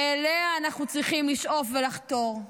ואליה אנחנו צריכים לשאוף ולחתור.